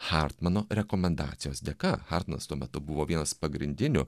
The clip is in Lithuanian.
hartmano rekomendacijos dėka hartanas tuo metu buvo vienas pagrindinių